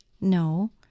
no